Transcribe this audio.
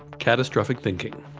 catastrophic thinking.